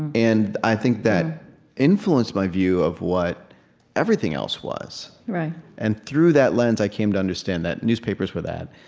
and i think that influenced my view of what everything else was and through that lens, i came to understand that newspapers were that,